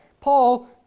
Paul